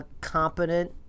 Competent